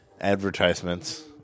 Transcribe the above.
advertisements